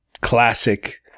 classic